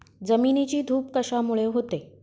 जमिनीची धूप कशामुळे होते?